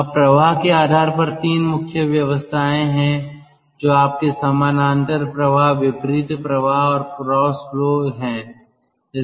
अब प्रवाह के आधार पर 3 मुख्य व्यवस्थाएं हैं जो आपके समानांतर प्रवाह विपरीत प्रवाह और क्रॉस फ्लो हैं